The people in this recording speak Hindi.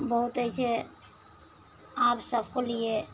बहुत अइसे अब सबके लिए